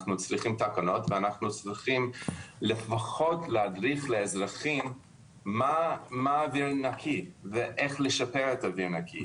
תקנות ולפחות להדריך אזרחים מהו אוויר נקי ואיך לשפר את האוויר הנקי.